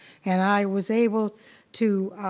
and i was able to